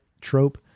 trope